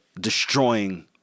destroying